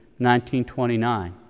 1929